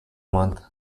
month